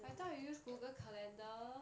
I thought you use google calendar